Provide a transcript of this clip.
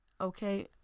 okay